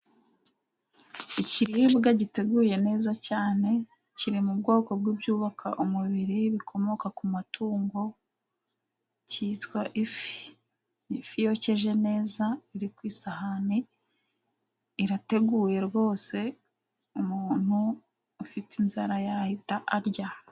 Ikiribwa giteguye neza cyane， kiri mu bwoko bw'ibyubaka umubiri bikomoka ku matungo， kitwa ifi. Ifi yokeje neza， iri ku isahani，irateguye rwose，umuntu ufite inzara yahita arya.